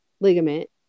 ligament